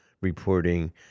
reporting